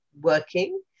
working